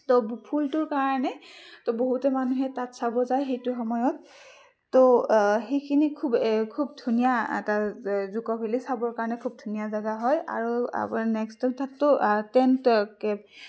তহ ফুলটোৰ কাৰণে তহ বহুতো মানুহে চাব যায় হেইটো সময়ত তহ সেইখিনি খুব খুব ধুনীয়া এটা জুকো ভেলি চাবৰ কাৰণে খুব ধুনীয়া জেগা হয় আৰু আপোনাৰ নেক্সট টেণ্ট